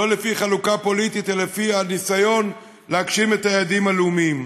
לא לפי חלוקה פוליטית אלא לפי הניסיון להגשים את היעדים הלאומיים.